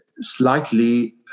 slightly